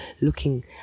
looking